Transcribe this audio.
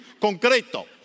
Concreto